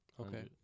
Okay